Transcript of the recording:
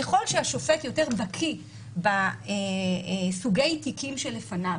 ככל שהשופט יותר בקיא בסוגי התיקים שלפניו,